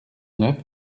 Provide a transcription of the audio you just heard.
neuf